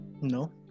no